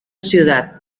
ciudad